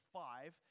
five